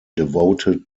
devoted